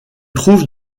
trouve